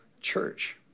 Church